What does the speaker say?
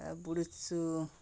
বড়ছু